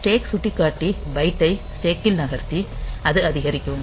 stack சுட்டிக்காட்டி பைட்டை ஸ்டேக்கில் நகர்த்தி அது அதிகரிக்கும்